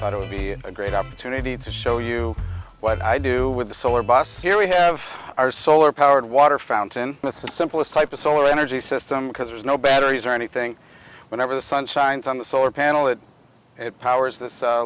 it would be a great opportunity to show you what i do with the solar bus here we have our solar powered water fountain the simplest type of solar energy system because there's no batteries or anything whenever the sun shines on the solar panel that it powers this